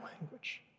language